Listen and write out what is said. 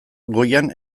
goian